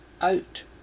out